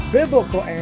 biblical